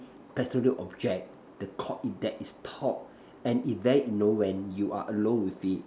absolute object that Call it that is talk and if very in no when you are alone with it